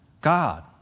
God